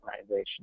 organization